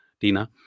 Tina